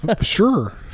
Sure